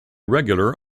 regular